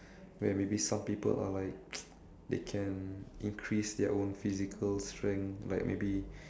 where maybe some people are like they can increase their own physical strength like maybe